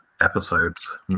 episodes